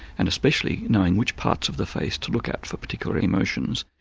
and especially knowing which parts of the face to look at for particular emotions.